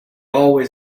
always